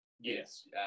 Yes